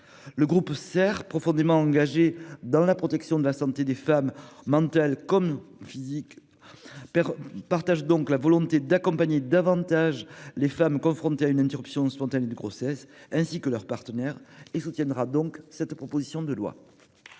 Le groupe SER, profondément engagé dans la protection de la santé des femmes, qu'elle soit mentale ou physique, partage la volonté d'accompagner davantage les femmes confrontées à une interruption spontanée de grossesse, ainsi que leur partenaire. Il soutiendra donc cette proposition de loi.